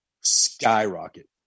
skyrocket